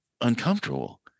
uncomfortable